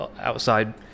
outside